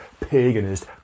paganist